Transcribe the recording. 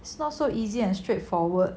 it's not so easy and straightforward